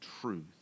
truth